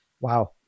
wow